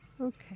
Okay